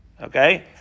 Okay